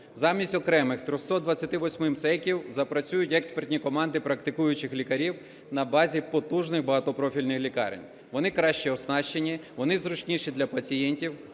Замість окремих 328 МСЕК запрацюють експертні команди практикуючих лікарів на базі потужних багатопрофільних лікарень. Вони краще оснащені, вони зручніші для пацієнтів,